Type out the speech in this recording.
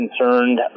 concerned